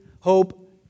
hope